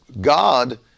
God